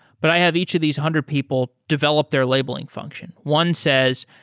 but i have each of these hundred people develop their labeling function. one says,